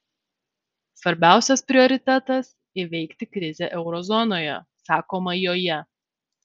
svarbiausias prioritetas įveikti krizę euro zonoje sakoma joje